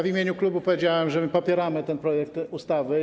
W imieniu klubu powiedziałem, że popieramy ten projekt ustawy.